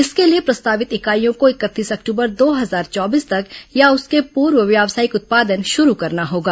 इसके लिए प्रस्तावित इकाइयों को इकतीस अक्टूबर दो हजार चौबीस तक या उसके पूर्व व्यावसायिक उत्पादन शुरू करना होगा